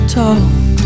talk